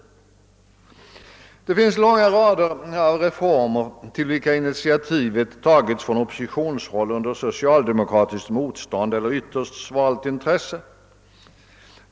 Det finns långa rader av reformer till vilka initiativet tagits på oppositionshåll under socialdemokratiskt motstånd eller med ytterst svagt intresse.